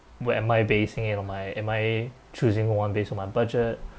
what am I basing it on my am I choosing one based on my budget